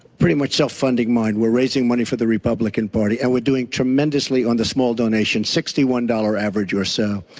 pretty much self-funding mine. we're raising money for the republican party and we're doing tremendously on the small donations. sixty one dollars average or so.